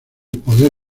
poder